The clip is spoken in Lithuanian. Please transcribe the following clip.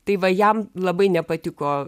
tai va jam labai nepatiko